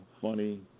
funny